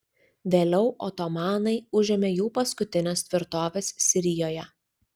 vėliau otomanai užėmė jų paskutines tvirtoves sirijoje